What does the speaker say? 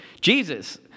Jesus